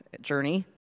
journey